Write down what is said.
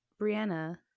brianna